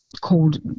Called